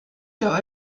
der